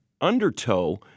undertow